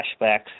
flashbacks